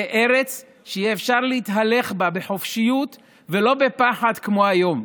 תהיה ארץ שאפשר יהיה להתהלך בה בחופשיות ולא בפחד כמו היום.